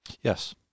Yes